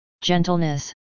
gentleness